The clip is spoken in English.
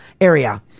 Area